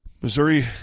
Missouri